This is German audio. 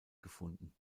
gefunden